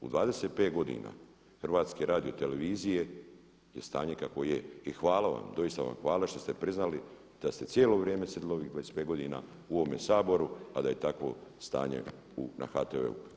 U 25 godina HRT-a je stanje kakvo je i hvala vam, doista vam hvala što ste priznali da ste cijelo vrijeme sjedili ovih 25 godina u ovome Saboru, a da je takvo stanje na HTV-u.